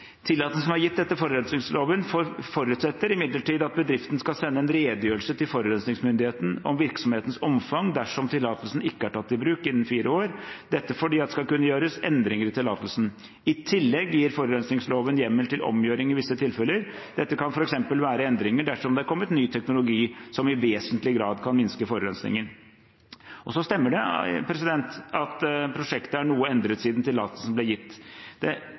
som er gitt etter forurensningsloven, forutsetter imidlertid at bedriften skal sende en redegjørelse til forurensningsmyndigheten om virksomhetens omfang dersom tillatelsen ikke er tatt i bruk innen fire år, dette fordi det skal kunne gjøres endringer i tillatelsen. I tillegg gir forurensningsloven hjemmel til omgjøring i visse tilfeller. Dette kan f.eks. være endringer dersom det er kommet ny teknologi som i vesentlig grad kan minske forurensningen. Så stemmer det at prosjektet er noe endret siden tillatelsen ble gitt. Det